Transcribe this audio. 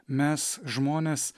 mes žmonės